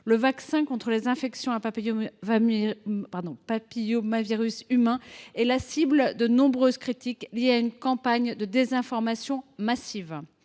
Le vaccin contre les infections à papillomavirus humain est la cible de nombreuses critiques, liées à une campagne de désinformation massive,